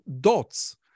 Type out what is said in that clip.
dots